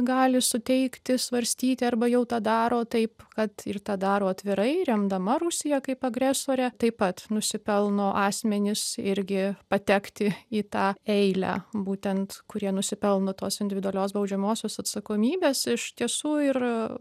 gali suteikti svarstyti arba jau tą daro taip kad ir tą daro atvirai remdama rusiją kaip agresorę taip pat nusipelno asmenys irgi patekti į tą eilę būtent kurie nusipelno tos individualios baudžiamosios atsakomybės iš tiesų ir